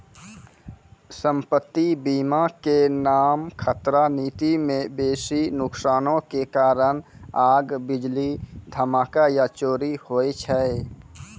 सम्पति बीमा के नाम खतरा नीति मे बेसी नुकसानो के कारण आग, बिजली, धमाका या चोरी होय छै